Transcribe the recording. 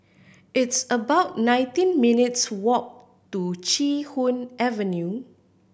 it's about nineteen minutes' walk to Chee Hoon Avenue